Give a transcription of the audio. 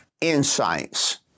insights